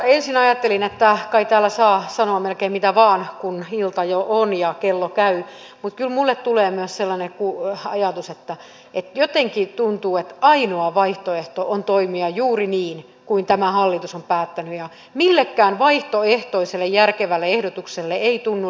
ensin ajattelin että kai täällä saa sanoa melkein mitä vain kun ilta jo on ja kello käy mutta kyllä minulle tulee myös sellainen ajatus että jotenkin tuntuu että ainoa vaihtoehto on toimia juuri niin kuin tämä hallitus on päättänyt ja millekään vaihtoehtoiselle järkevälle ehdotukselle ei tunnu löytyvän minkäänlaista ymmärrystä